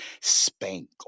spank